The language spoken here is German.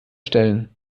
stellen